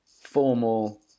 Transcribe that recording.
formal